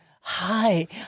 hi